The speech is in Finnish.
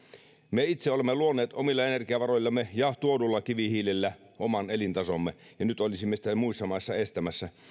me itse olemme luoneet omilla energiavaroillamme ja tuodulla kivihiilellä oman elintasomme ja nyt olisimme sitä muissa maissa estämässä